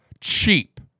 Cheap